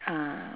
ah